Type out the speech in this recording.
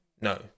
No